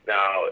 Now